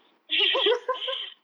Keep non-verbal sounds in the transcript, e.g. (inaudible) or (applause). (laughs)